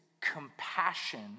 compassion